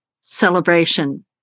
celebration